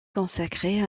consacrée